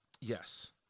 Yes